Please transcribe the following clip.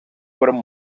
fueron